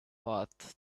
but